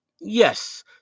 Yes